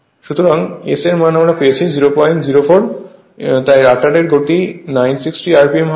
সুতরাং S এর মান আমরা পেয়েছি 004 এবং তাই রটার এর গতি 960 rpm হবে